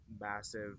massive